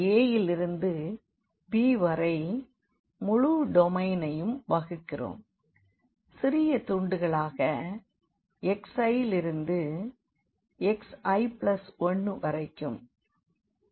a விலிருந்து b வரை முழு டொமைனையும் வகுக்கிறோம் சிறிய துண்டுகளாக xi விலிருந்து xi1 வரைக்கும்